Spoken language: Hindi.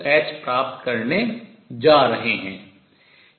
2h प्राप्त करने जा रहे हैं